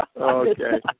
Okay